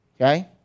okay